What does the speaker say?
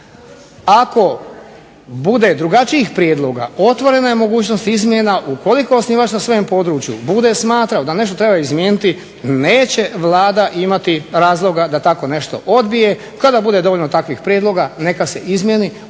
Ako bude drugačijih prijedloga otvorena je mogućnost izmjena, ukoliko osnivač na svom području bude smatramo da nešto treba izmijeniti neće Vlada imati razloga da tako nešto odbije. Kada bude dovoljno takvih prijedloga neka se izmjeni